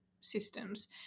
systems